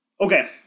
okay